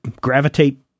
gravitate